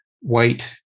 white